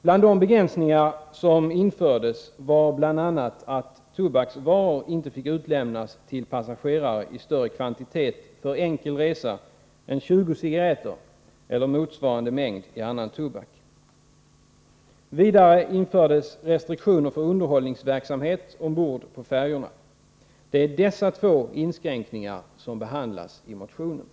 Bland de begränsningar som infördes var bl.a. att tobaksvaror inte fick utlämnas till passagerare i större kvantitet för enkel resa än 20 cigarretter eller motsvarande mängd i annan tobak. Vidare infördes restriktioner för underhållningsverksamhet ombord på färjorna. Det är dessa två inskränkningar som behandlas i motionen.